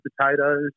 potatoes